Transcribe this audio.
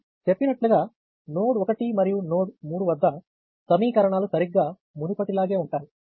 నేను చెప్పినట్లుగా నోడ్ 1 మరియు నోడ్ 3 వద్ద సమీకరణాలు సరిగ్గా మునుపటిలాగే ఉంటాయి